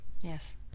yes